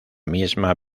misma